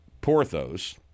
porthos